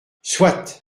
soit